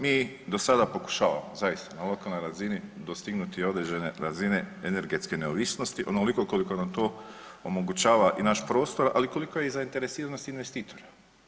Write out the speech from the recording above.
Mi do sada pokušavamo zaista na lokalnoj razini dostignuti određene razine energetske neovisnosti onoliko koliko nam to omogućava i naš prostor ali i koliko je zainteresiranosti investitora.